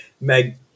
Meg